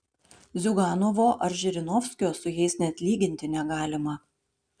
ziuganovo ar žirinovskio su jais net lyginti negalima